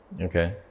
okay